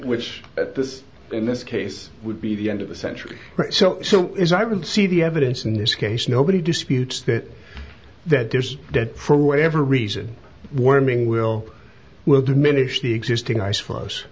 which at this in this case would be the end of the century so so is i can see the evidence in this case nobody disputes that that there's dead for whatever reason warming will will diminish the existing i